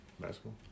Basketball